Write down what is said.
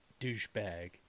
douchebag